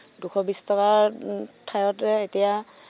দুশ বিশ টকাৰ ঠাইতে এতিয়া